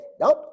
Nope